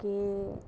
के